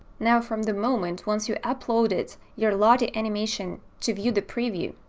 now, from the moment once you uploaded your lottie animation to view the preview,